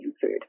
food